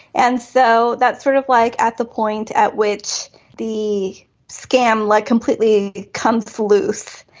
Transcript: and so that's sort of like at the point at which the scam like completely comes loose.